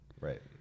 Right